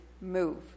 move